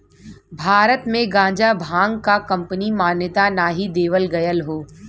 भारत में गांजा भांग क कानूनी मान्यता नाही देवल गयल हौ